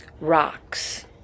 rocks